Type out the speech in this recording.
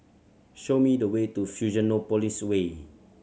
show me the way to Fusionopolis Way